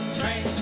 train